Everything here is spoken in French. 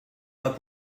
pas